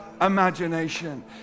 imagination